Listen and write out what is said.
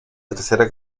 tercera